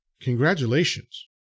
congratulations